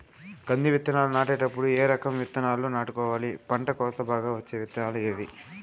కంది విత్తనాలు నాటేటప్పుడు ఏ రకం విత్తనాలు నాటుకోవాలి, పంట కోత బాగా వచ్చే విత్తనాలు ఏవీ?